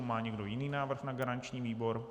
Má někdo jiný návrh na garanční výbor?